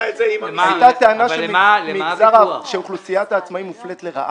הייתה טענה שאוכלוסיית העצמאים מופלית לרעה.